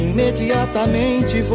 Imediatamente